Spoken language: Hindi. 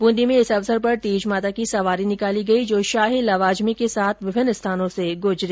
बूंदी में इस अवसर पर तीज माता की सवारी निकाली गई जो शाही लवाजमें के साथ विभिन्न स्थानों से गुजरी